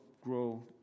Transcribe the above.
grow